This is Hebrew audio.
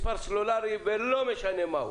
אם יש לי מספר סלולרי ולא משנה מהו